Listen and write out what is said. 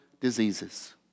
diseases